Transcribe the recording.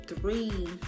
three